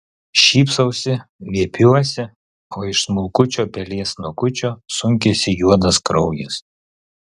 šypsausi viepiuosi o iš smulkučio pelės snukučio sunkiasi juodas kraujas